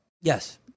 Yes